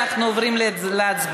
אנחנו עוברים להצבעה,